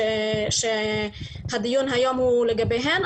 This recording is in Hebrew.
שהדיון היום הוא לגביהן,